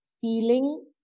feeling